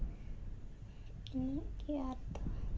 ᱤᱱᱟᱹᱜ ᱜᱮ ᱟᱨ